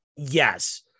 yes